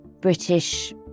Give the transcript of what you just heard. British